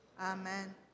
Amen